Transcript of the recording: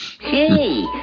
Hey